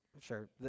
Sure